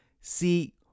See